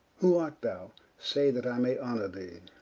who art thou, say? that i may honor thee